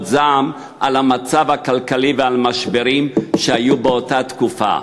זעם על המצב הכלכלי ועל משברים שהיו באותה תקופה,